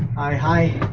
i